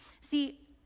See